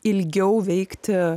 ilgiau veikti